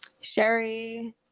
sherry